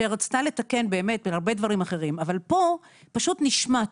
שרצתה לתקן בהרבה דברים, אבל פה פשוט נשמט.